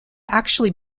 actually